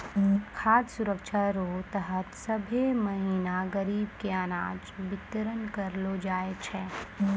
खाद सुरक्षा रो तहत सभ्भे महीना गरीब के अनाज बितरन करलो जाय छै